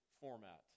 format